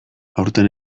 aurten